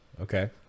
Okay